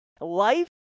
Life